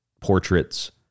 portraits